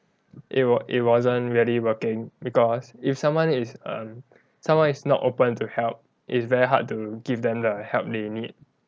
it wa~ it wasn't really working because if someone is um someone is not open to help it's very hard to give them the help they need